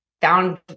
found